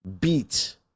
beat